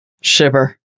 Shiver